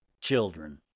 Children